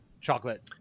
chocolate